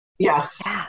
yes